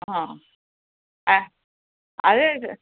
ಹಾಂ ಆ ಅದೇ ಇದೆ